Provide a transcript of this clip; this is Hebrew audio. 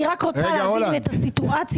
אני רק רוצה להבין את הסיטואציה.